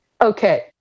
Okay